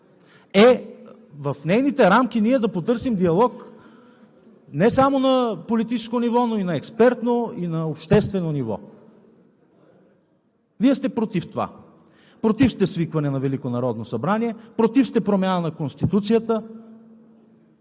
е в нейните рамки ние да търсим диалог не само на политическо ниво, но и на експертно и обществено ниво. Вие сте против това! Против сте свикване на Велико народно събрание, против сте промяна на Конституцията.